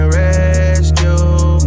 rescue